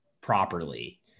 properly